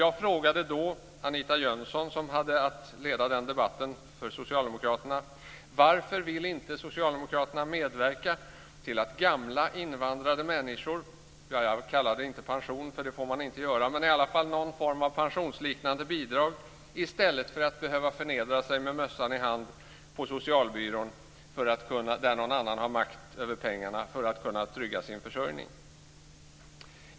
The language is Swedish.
Jag frågade då Anita Jönsson, som hade att leda debatten för Socialdemokraterna: Varför vill inte Socialdemokraterna medverka till att gamla invandrade människor får, jag kallar det inte pension för det får man inte göra men i alla fall någon form av pensionsliknande bidrag, i stället för att behöva förnedra sig med mössan i hand på socialbyrån, där någon annan har makt över pengarna, för att kunna trygga sin försörjning?